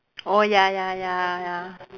oh ya ya ya ya